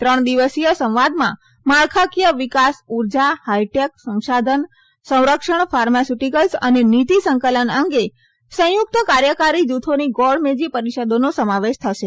ત્રણ દિવસીય સંવાદમાં માળખાકીય વિકાસ ઉર્જા હાઈટેક સંસાધન સંરક્ષણ ફાર્માસ્યુટીકલ્સ અને નીતી સંકલન અંગે સંયુકત કાર્યકારી જુથોની ગોળમેજી પરિષદોનો સમાવેશ થશે